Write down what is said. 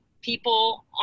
people